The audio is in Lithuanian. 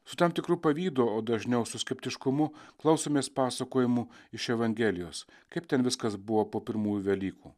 su tam tikru pavydu o dažniau su skeptiškumu klausomės pasakojimų iš evangelijos kaip ten viskas buvo po pirmųjų velykų